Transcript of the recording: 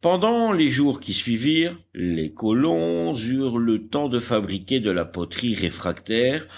pendant les jours qui suivirent les colons eurent le temps de fabriquer de la poterie réfractaire